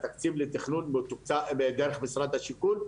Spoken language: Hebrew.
כלומר התקציב לתכנון דרך משרד השיכון,